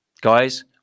Guys